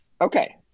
Okay